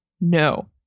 No